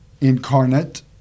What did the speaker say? incarnate